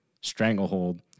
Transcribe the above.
stranglehold